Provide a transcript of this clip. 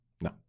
No